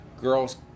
girls